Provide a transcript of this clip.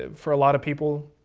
ah for a lot of people,